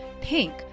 Pink